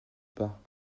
pas